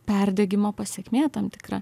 perdegimo pasekmė tam tikra